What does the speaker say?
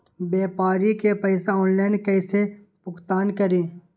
व्यापारी के पैसा ऑनलाइन कईसे भुगतान करी?